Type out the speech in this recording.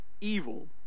evil